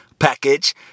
package